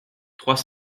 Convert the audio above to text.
trois